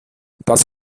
das